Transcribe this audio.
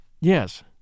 Yes